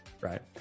right